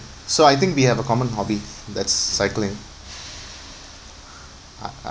so I think we have a common hobby that's cycling uh uh